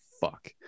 fuck